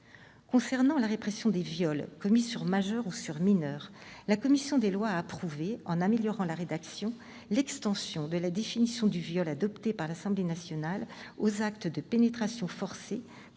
Concernant la répression des viols, commis sur majeurs ou sur mineurs, la commission des lois a approuvé, en en améliorant la rédaction, l'extension de la définition du viol adoptée par l'Assemblée nationale aux actes de pénétration forcés, commis